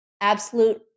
absolute